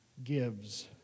gives